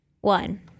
One